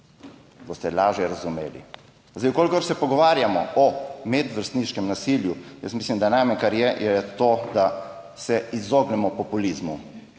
boste lažje razumeli. Če se pogovarjamo o medvrstniškem nasilju, jaz mislim, da najmanj, kar je, je to, da se izognemo populizmu.